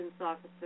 officer